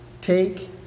take